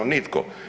Nitko.